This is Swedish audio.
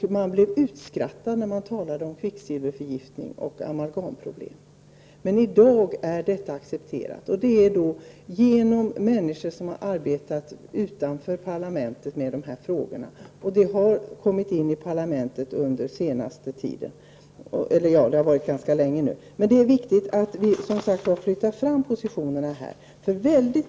På den tiden blev man utskrattad när man talade om kvicksilverförgiftning och amalgamproblem, men i dag inser alla risken med kvicksilvret. Tidigare var det människor utanför parlamentet som arbetade med denna fråga, och det är först på senare år som detta blivit en fråga som debatteras även i riksdagen. Det är viktigt att vi här flyttar fram positionerna.